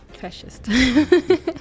fascist